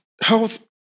health